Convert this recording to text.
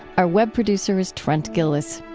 our web producer is trent gilliss.